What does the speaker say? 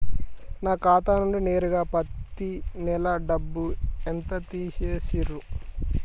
నా ఖాతా నుండి నేరుగా పత్తి నెల డబ్బు ఎంత తీసేశిర్రు?